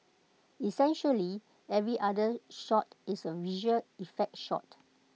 essentially every other shot is A visual effect shot